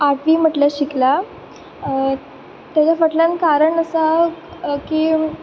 आठवी म्हटल्यार शिकल्या तेचे फाटल्यान कारण आसा की